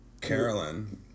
Carolyn